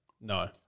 No